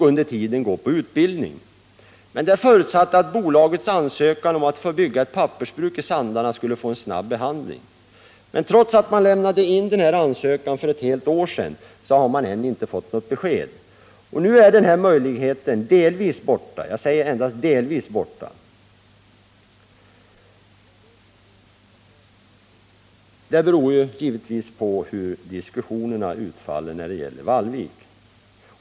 Under tiden skulle de utbildas. Detta förutsatte att bolagets ansökan om att få bygga ett pappersbruk i Sandarne skulle få en skyndsam behandling. Men trots att man lämnade in ansökan för ett helt år sedan, har man ännu inte fått något besked. Nu är möjligheterna delvis — jag säger endast delvis — borta. Det beror givetvis på hur diskussionerna går när det gäller Vailvik.